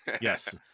Yes